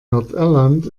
nordirland